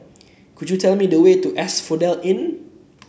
could you tell me the way to Asphodel Inn